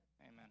Amen